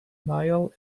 nile